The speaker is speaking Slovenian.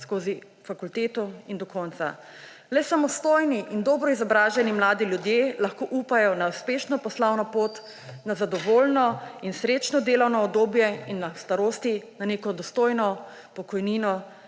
skozi fakulteto in do konca. Le samostojni in dobro izobraženi mladi ljudje lahko upajo na uspešno poslovno pot, na zadovoljno in srečno delovno obdobje in na starost, na neko dostojno pokojnino,